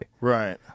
right